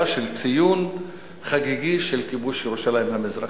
של ציון חגיגי של כיבוש ירושלים המזרחית.